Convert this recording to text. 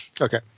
Okay